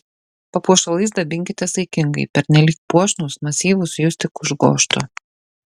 papuošalais dabinkitės saikingai pernelyg puošnūs masyvūs jus tik užgožtų